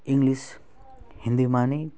English हिन्दीमा नै